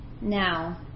now